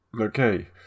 Okay